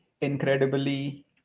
incredibly